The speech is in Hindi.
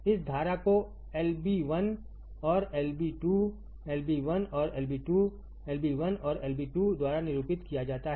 इस धारा को Ib1 और Ib2 Ib1 और Ib2 Ib1 और Ib2 द्वारा निरूपित किया जाता है